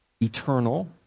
eternal